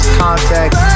context